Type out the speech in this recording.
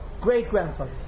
great-grandfather